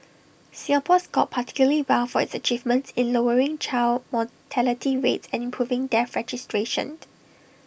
Singapore scored particularly well for its achievements in lowering child mortality rates and improving death registration